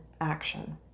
action